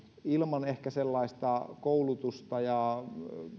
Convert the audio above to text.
ilman ehkä sellaista koulutusta ja